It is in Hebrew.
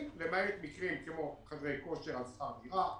למעט מקרים כמו חדרי כושר על שכר דירה,